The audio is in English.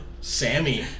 Sammy